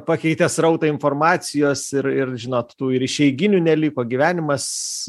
pakeitė srautą informacijos ir ir žinot tų ir išeiginių neliko gyvenimas